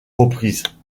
reprises